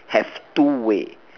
have two way